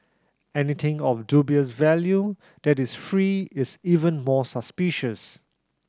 anything of dubious value that is free is even more suspicious